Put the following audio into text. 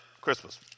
Christmas